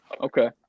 Okay